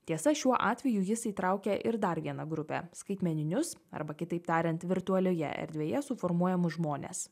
tiesa šiuo atveju jis įtraukia ir dar vieną grupę skaitmeninius arba kitaip tariant virtualioje erdvėje suformuojamus žmones